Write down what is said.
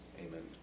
Amen